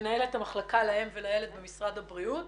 מנהלת המחלקה לאם ולילד במשרד הבריאות,